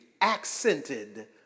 accented